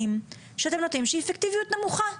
המענקים שאתם נותנים, שהיא אפקטיביות נמוכה.